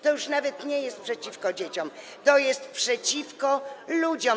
To już nawet nie jest przeciwko dzieciom, to jest przeciwko ludziom.